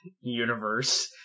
universe